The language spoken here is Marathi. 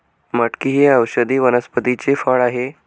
मटकी हे औषधी वनस्पतीचे फळ आहे